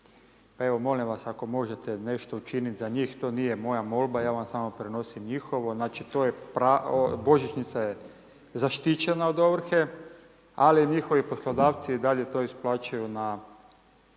Pa evo, molim vas, ako možete nešto učiniti za njih, to nije moja molba, ja vam samo prenosim njihovo. Znači to je božićnica je zaštićena od ovrhe, ali njihovi poslodavci i dalje to isplaćuju na